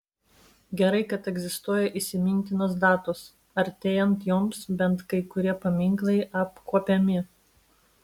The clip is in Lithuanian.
gerai kad egzistuoja įsimintinos datos artėjant joms bent kai kurie paminklai apkuopiami